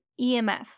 EMF